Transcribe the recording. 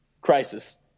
Crisis